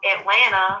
Atlanta